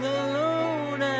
alone